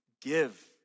give